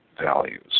values